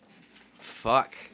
fuck